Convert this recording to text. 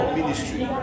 ministry